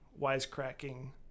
wisecracking